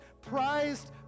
prized